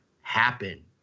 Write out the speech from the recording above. happen